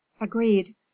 agreed